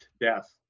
death